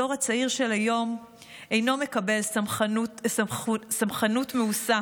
הדור הצעיר של היום אינו מקבל סמכותנות מעושה.